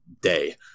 day